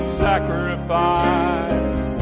sacrifice